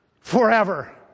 forever